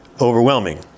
overwhelming